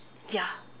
ya